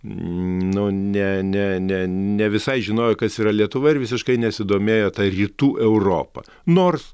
nu ne ne ne ne visai žinojo kas yra lietuva ir visiškai nesidomėjo ta rytų europa nors